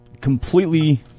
completely